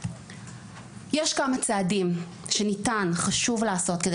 יש כמה צעדים שאפשר וחשוב לעשות כדי